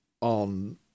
on